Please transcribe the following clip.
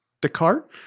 Descartes